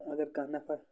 اگر کانہہ نَفر